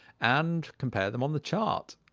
and compare them on the chart.